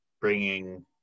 bringing